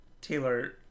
Taylor